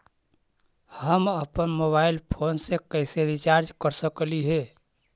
हम अप्पन mobile phone के कैसे रिचार्ज कर सकली हे?